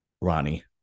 Ronnie